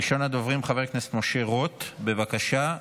ראשון הדוברים, חבר הכנסת משה רוט, בבקשה.